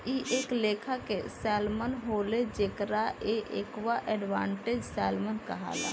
इ एक लेखा के सैल्मन होले जेकरा के एक्वा एडवांटेज सैल्मन कहाला